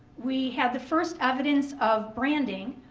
we had the first evidence of branding,